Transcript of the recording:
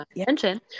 attention